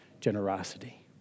generosity